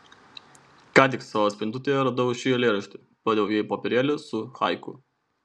ką tik savo spintutėje radau šį eilėraštį padaviau jai popierėlį su haiku